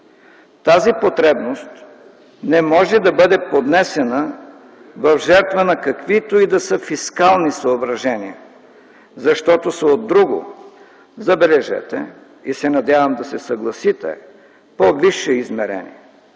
Тази потребност не може да бъде поднесена в жертва на каквито и да са фискални съображения, защото са от друго - забележете, и се надявам да се съгласите – от по-висше измерение.